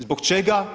Zbog čega?